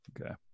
Okay